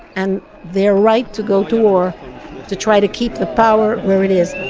and they're right to go to war to try to keep the power where it is